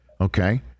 Okay